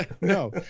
No